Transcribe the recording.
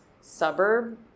suburb